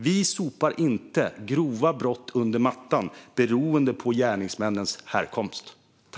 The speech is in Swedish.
Vi sopar inte grova brott under mattan beroende på gärningsmännens härkomst.